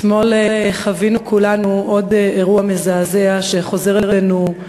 אתמול חווינו כולנו עוד אירוע מזעזע שחוזר אלינו,